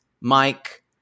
Mike